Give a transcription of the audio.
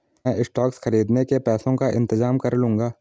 मैं स्टॉक्स खरीदने के पैसों का इंतजाम कर लूंगा